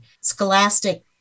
Scholastic